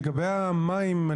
לגבי המים.